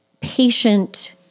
patient